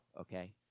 Okay